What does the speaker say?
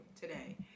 today